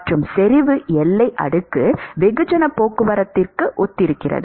மற்றும் செறிவு எல்லை அடுக்கு வெகுஜன போக்குவரத்துக்கு ஒத்திருக்கிறது